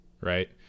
right